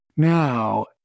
Now